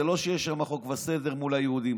זה לא שיש שם חוק וסדר מול היהודי,